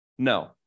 No